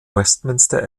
westminster